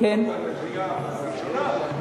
לקראת הקריאה הראשונה,